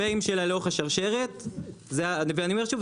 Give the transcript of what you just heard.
בח"פ שלה לאורך השרשרת זה ואני אומר שוב,